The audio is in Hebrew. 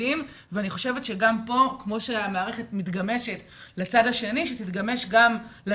כמו שהמערכת מתגמשת לצד השני היא צריכה גם פה